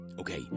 Okay